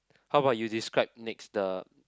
how about you describe next the